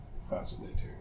fascinating